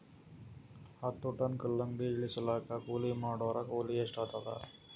ಹತ್ತ ಟನ್ ಕಲ್ಲಂಗಡಿ ಇಳಿಸಲಾಕ ಕೂಲಿ ಮಾಡೊರ ಕೂಲಿ ಎಷ್ಟಾತಾದ?